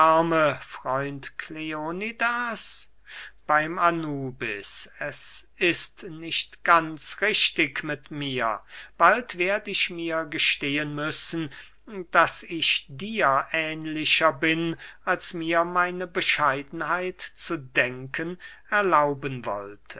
freund kleonidas beym anubis es ist nicht ganz richtig mit mir bald werd ich mir gestehen müssen daß ich dir ähnlicher bin als mir meine bescheidenheit zu denken erlauben wollte